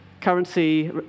currency